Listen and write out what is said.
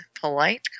Polite